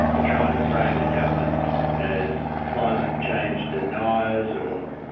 trying to frame the government as climate change deniers or,